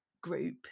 group